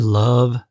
love